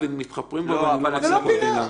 אולי פנים.